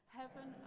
heaven